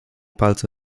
palce